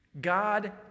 God